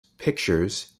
pictures